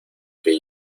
que